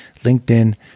LinkedIn